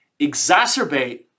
exacerbate